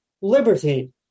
liberty